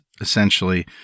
essentially